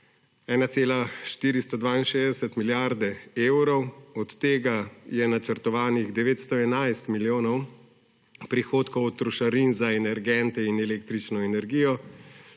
1,462 milijarde evrov od tega je načrtovanih 19,11 milijonov prihodkov od trošarin za energente in električno energijo,